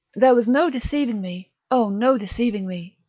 there was no deceiving me, oh, no deceiving me!